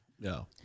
No